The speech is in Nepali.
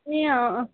ए अँ अँ